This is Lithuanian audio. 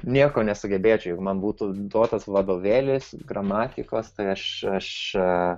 nieko nesugebėčiau jeigu man būtų duotas vadovėlis gramatikos tai aš aš